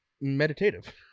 meditative